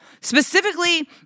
specifically